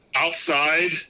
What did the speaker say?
Outside